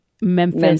Memphis